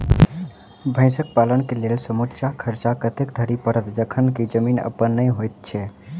भैंसक पालन केँ लेल समूचा खर्चा कतेक धरि पड़त? जखन की जमीन अप्पन नै होइत छी